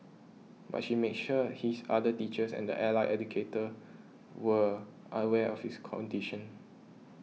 but she made sure his other teachers and the allied educator were aware of his condition